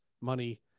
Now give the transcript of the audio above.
money